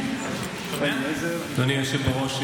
אדוני היושב-ראש,